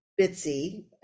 bitsy